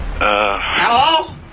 Hello